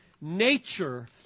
nature